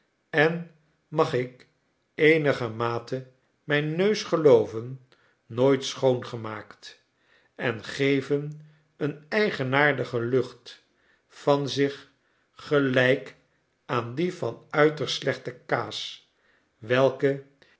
en mag ik eenigermatemijnneus gelooven nooit schoongemaakt en geven een eigenaardige lucht van zich gelijk aan dien van uiterst slechte kaas welke